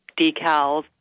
decals